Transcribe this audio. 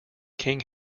king